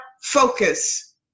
focus